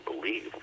believe